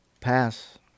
pass